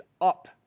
up